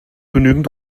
genügend